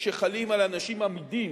שחלים על אנשים אמידים,